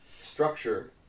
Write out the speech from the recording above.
structure